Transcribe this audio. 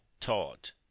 taught